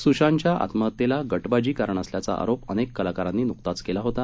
सुशांतच्या आत्महत्येला गटबाजी कारण असल्याचा आरोप अनेक कलाकारांनी नुकताच केला होता